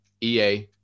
EA